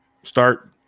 Start